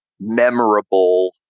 memorable